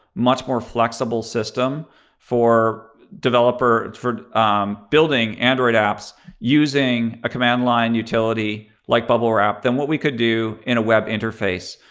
much more flexible system for developer for building android apps using a command line utility like bubblewrap than what we could do in a web interface.